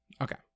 Okay